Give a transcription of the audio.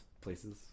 places